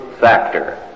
factor